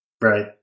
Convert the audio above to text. right